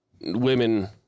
women